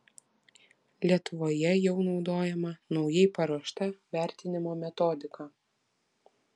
lietuvoje jau naudojama naujai paruošta vertinimo metodika